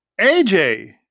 AJ